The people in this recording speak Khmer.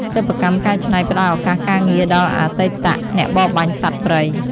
សិប្បកម្មកែច្នៃផ្តល់ឱកាសការងារដល់អតីតអ្នកបរបាញ់សត្វព្រៃ។